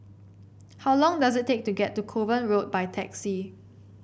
how long does it take to get to Kovan Road by taxi